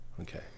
Okay